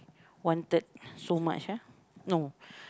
wanted so much ah no